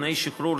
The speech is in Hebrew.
לפני השחרור,